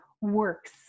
works